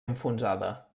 enfonsada